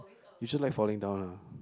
you just like falling down ah